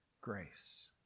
grace